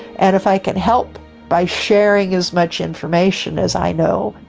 and if i can help by sharing as much information as i know,